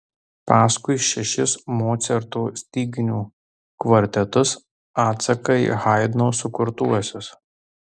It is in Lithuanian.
paskui šešis mocarto styginių kvartetus atsaką į haidno sukurtuosius